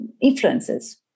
influences